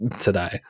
today